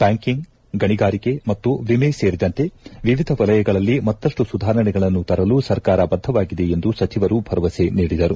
banking ಗಣಿಗಾರಿಕೆ ಮತ್ತು ವಿಮೆ ಸೇರಿದಂತೆ ವಿವಿಧ ವಲಯಗಳಲ್ಲಿ ಮತ್ತಷ್ಟು ಸುಧಾರಣೆಗಳನ್ನು ತರಲು ಸರ್ಕಾರ ಬದ್ದವಾಗಿದೆ ಎಂದು ಸಚಿವರು ಭರವಸೆ ನೀಡಿದರು